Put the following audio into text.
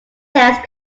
test